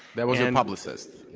that was your publicist.